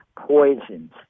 poisons